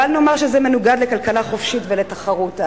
בל נאמר שזה מנוגד לכלכלה חופשית ותחרות.